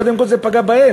קודם כול זה פגע בהם.